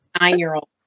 Nine-year-old